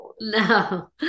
No